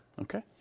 Okay